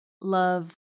love